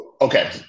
Okay